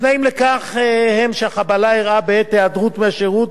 התנאים לכך הם שהחבלה אירעה בעת היעדרות מהשירות,